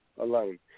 alone